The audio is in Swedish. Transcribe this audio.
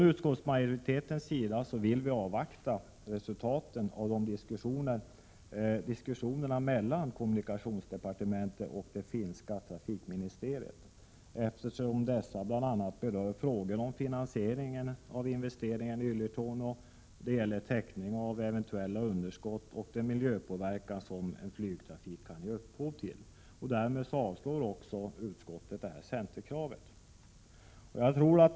Utskottsmajoriteten vill avvakta resultaten av diskussionerna mellan kommunikationsdepartementet och det finska trafikministeriet, eftersom dessa bl.a. rör frågor om finansiering av investeringen i Ylitornio som gäller täckning av eventuella underskott och den miljöpåverkan flygtrafiken kan ge upphov till. Därmed avstyrker utskottet centerkravet.